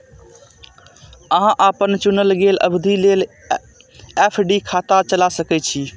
अहां अपन चुनल गेल अवधि लेल एफ.डी खाता चला सकै छी